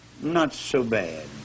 not-So-Bad